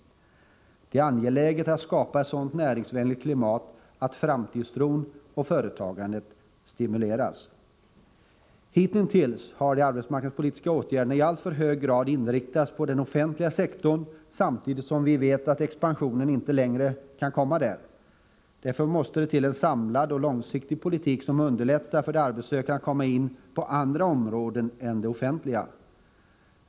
Det är angeläget att skapa ett sådant näringsvänligt klimat att framtidstron och företagandet stimuleras. Hitintills har de arbetsmarknadspolitiska åtgärderna i alltför hög grad inriktats på den offentliga sektorn, samtidigt som vi vet att expansionen inte längre kan fortsätta inom denna sektor. Därför måste det till en samlad och långsiktig politik, som underlättar för de arbetssökande att komma in på andra områden än det offentliga.